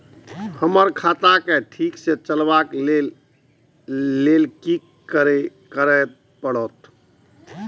हमरा खाता क ठीक स चलबाक लेल की करे परतै